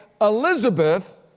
Elizabeth